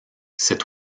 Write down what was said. cet